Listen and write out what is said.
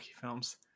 films